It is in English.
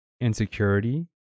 insecurity